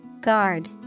Guard